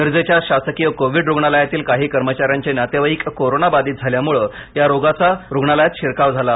मिरजेच्या शासकीय कोविड रुग्णालयातील काही कर्मचाऱ्यांचे नातेवाईक कोरोना बाधित झाल्यामुळे या रोगाचा रुग्णालयात शिरकाव झाला